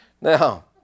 Now